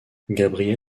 gabriel